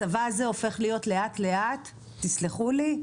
הצבא הזה הופך להיות לאט לאט, תסלחו לי,